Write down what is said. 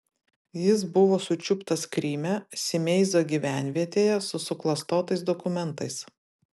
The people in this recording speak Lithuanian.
jis buvo sučiuptas kryme simeizo gyvenvietėje su suklastotais dokumentais